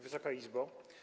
Wysoka Izbo!